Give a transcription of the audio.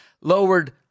lowered